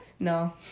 No